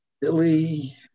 Billy